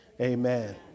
amen